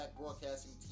Broadcasting